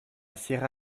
sierra